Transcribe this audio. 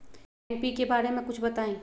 NPK बारे म कुछ बताई?